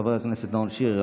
חבר הכנסת נאור שירי,